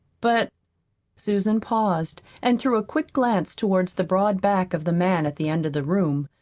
but susan paused and threw a quick glance toward the broad back of the man at the end of the room.